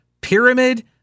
Pyramid